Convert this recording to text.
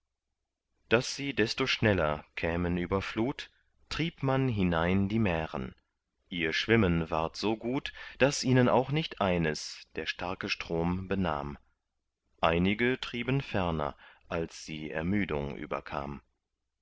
daß sie desto schneller kämen über flut trieb man hinein die mähren ihr schwimmen ward so gut daß ihnen auch nicht eines der starke strom benahm einige trieben ferner als sie ermüdung überkam